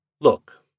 Look